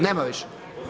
Nema više.